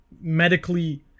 medically